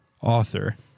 author